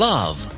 Love